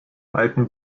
alten